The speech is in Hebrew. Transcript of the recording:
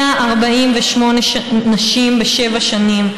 148 נשים בשבע שנים,